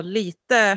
lite